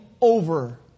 over